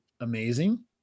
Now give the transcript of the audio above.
amazing